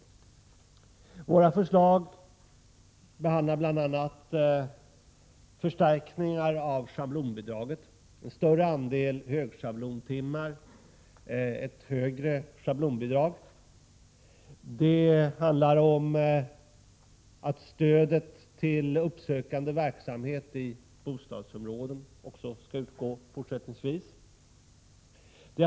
Våra förslag behandlar bl.a. förstärkningar av schablonbidraget, en större andel högschablontimmar, ett högre schablonbidrag. De handlar om att stödet till uppsökande verksamhet i bostadsområden även fortsättningsvis skall utgå.